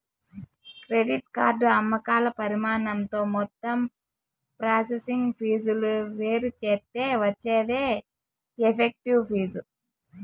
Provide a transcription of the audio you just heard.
credit card అమ్మకాల పరిమాణంతో మొత్తం ప్రాసెసింగ్ ఫీజులు వేరుచేత్తే వచ్చేదే ఎఫెక్టివ్ ఫీజు